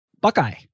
Buckeye